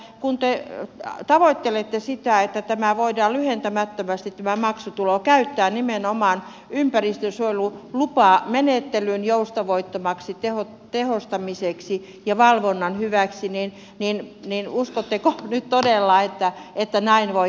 kun te tavoittelette sitä että tämä maksutulo voidaan lyhentämättömästi käyttää nimenomaan ympäristönsuojelulupamenettelyn joustavoittamiseksi tehostamiseksi ja valvonnan hyväksi niin uskotteko nyt todella että näin voi tapahtua